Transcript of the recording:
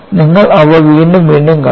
നിങ്ങൾ അവ വീണ്ടും വീണ്ടും കാണും